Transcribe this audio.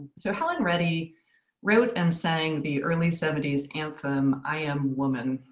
so helen reddy wrote and sang the early seventy s anthem, i am woman.